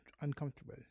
uncomfortable